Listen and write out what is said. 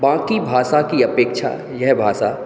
बाक़ी भाषा की अपेक्षा यह भाषा